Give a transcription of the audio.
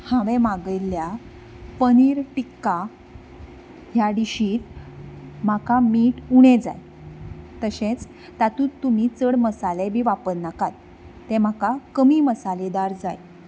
हांवें मागयल्ल्या पनीर टिक्का ह्या डिशींत म्हाका मीठ उणें जाय तशेंच तातूंत तुमी चड मसाले बी वापरनाकात तें म्हाका कमी मसालेदार जाय